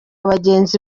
bagenzi